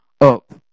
up